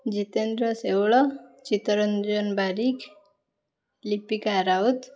Jitendra Sheula Chittaranjan Barik Lipika Raut